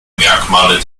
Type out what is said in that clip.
merkmale